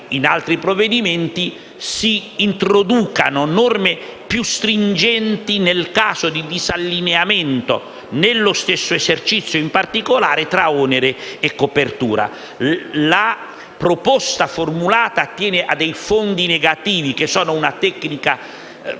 in altri provvedimenti si introducano norme più stringenti nel caso di disallineamento, nello stesso esercizio, in particolare, tra onere e copertura. La proposta formulata attiene a fondi negativi, che sono una tecnica